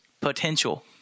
potential